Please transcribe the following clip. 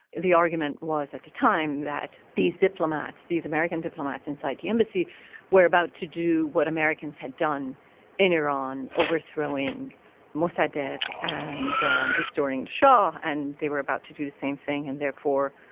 the argument was, at the time, that these diplomats these american diplomats inside the embassy were about to do what americans had done in iran overthrowing mossadegh and restoring the shah. and they were about to do the same thing, and therefore,